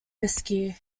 whisky